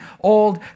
old